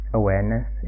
awareness